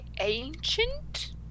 Ancient